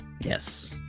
Yes